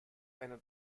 eine